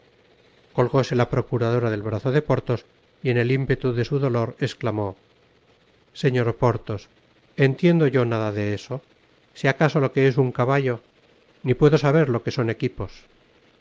la procuradora del brazo de porthos y en el impetu de su dolor esclamó señor porthos entiendo yo nada de eso sé acaso lo que es un caballo ni puedo saber lo que son equipos